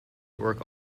work